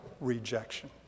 rejection